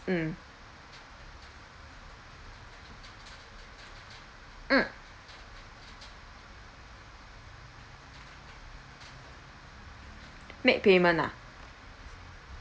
mm mm make payment ah